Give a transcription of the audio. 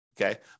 Okay